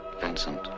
Vincent